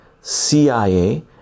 CIA